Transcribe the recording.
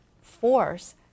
force